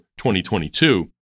2022